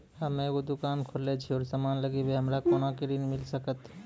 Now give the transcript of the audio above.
हम्मे एगो दुकान खोलने छी और समान लगैबै हमरा कोना के ऋण मिल सकत?